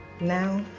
now